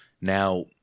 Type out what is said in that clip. Now